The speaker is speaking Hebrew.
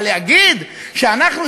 אבל להגיד שאנחנו,